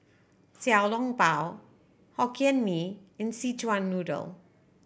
Xiao Long Bao Hokkien Mee and Szechuan Noodle